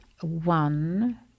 One